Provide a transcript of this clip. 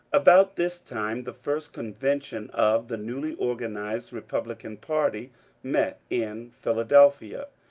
about this time the first convention of the newly organized kepublican party met in philadelphia.